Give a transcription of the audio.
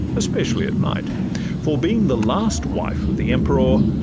especially at night for being the last wife of the emperour,